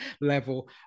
level